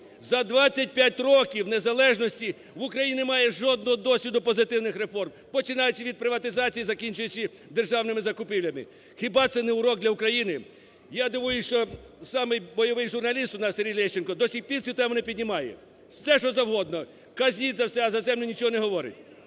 За 25 років незалежності в Україні немає жодного досвіду позитивних реформ, починаючи від приватизації і закінчуючи державними закупівлями. Хіба це не урок для України? Я дивуюсь, що самий бойовий журналіст у нас Сергій Лещенко до сих пір цю тему не піднімає. Все, що завгодно, ……….. за все, а за землю нічого не говорить.